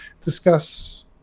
discuss